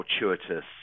fortuitous